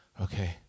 okay